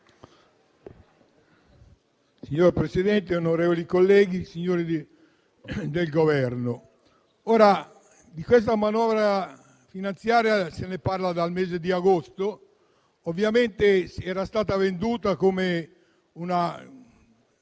Signor Presidente, onorevoli colleghi, signori del Governo, di questa manovra di bilancio si parla dal mese di agosto. Ovviamente era stata venduta come una